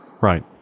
Right